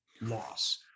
loss